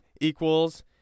equals